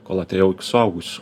kol atėjau į suaugusių